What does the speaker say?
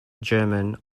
german